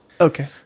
Okay